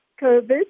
COVID